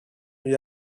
lui